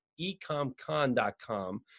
EcomCon.com